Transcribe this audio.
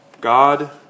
God